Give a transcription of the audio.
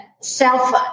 self